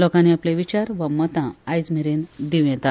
लोकांनी आपले विचार वा मतां आयज मेरेन दिवं येता